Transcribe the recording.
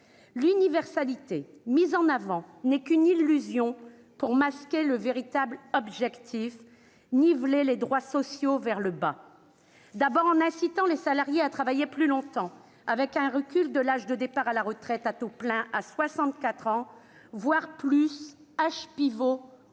L'universalité, mise en avant, n'est qu'une illusion pour masquer le véritable objectif : niveler les droits sociaux vers le bas. Vous voulez d'abord inciter les salariés à travailler plus longtemps, avec un recul de l'âge de départ à la retraite à taux plein à 64 ans, voire au-delà, âge pivot ou pas.